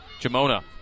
Jamona